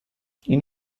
این